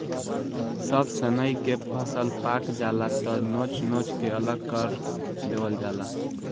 जब सनइ के फसल पाक जाला त नोच नोच के अलग कर देवल जाला